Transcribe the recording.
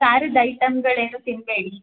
ಖಾರದ ಐಟಮ್ಗಳೇನೂ ತಿನ್ನಬೇಡಿ